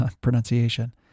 pronunciation